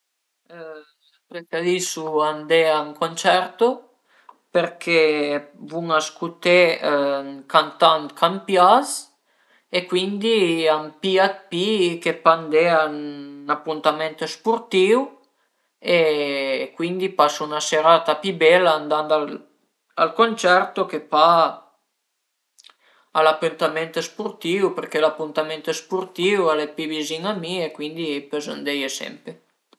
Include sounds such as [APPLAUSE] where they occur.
[HESITATION] Preferisu andé a ün concerto perché vun a scuté ün cantant ch'a m'pias e cuindi a më pia d'pi che pa andé a ün apuntament spurtìu e cuindi pasu 'na serata pi bela andand al concerto che pa a l'apüntament spurtìu perché l'apüntament spurtìu al e pi vizin a mi e cuindi pös andeie sempre